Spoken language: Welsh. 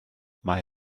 mae